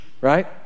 Right